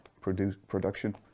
production